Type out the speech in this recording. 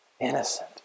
Innocent